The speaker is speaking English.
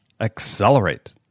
accelerate